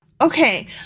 Okay